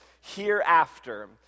Hereafter